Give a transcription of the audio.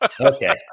Okay